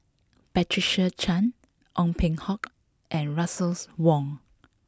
Patricia Chan Ong Peng Hock and Russel Wong